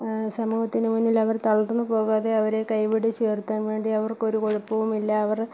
സമൂഹത്തിന് മുന്നിലവർ തളർന്നു പോകാതെ അവരെ കൈപിടിച്ചുയർത്താ വേണ്ടി അവർക്കൊരു കുഴപ്പവുമില്ല അവർ